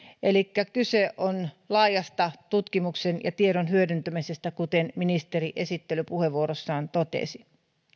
elikkä kyse on laajasta tutkimuksen ja tiedon hyödyntämisestä kuten ministeri esittelypuheenvuorossaan totesi